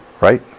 Right